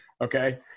okay